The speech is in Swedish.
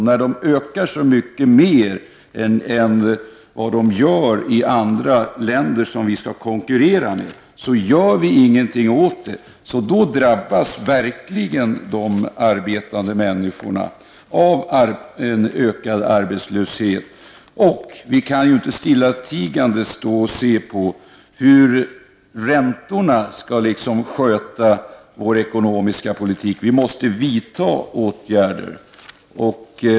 När de ökar så mycket mer än vad de gör i andra länder som vi skall konkurrera med, och inget görs åt det, drabbas verkligen de arbetande människorna av en ökad arbetslöshet. Vi kan inte stillatigande se på hur räntorna skall sköta vår ekonomiska politik. Vi måste vidta åtgärder.